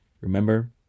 Remember